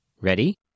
Ready